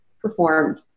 performed